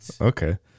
Okay